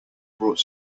brought